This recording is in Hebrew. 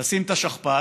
לשים את השכפ"ץ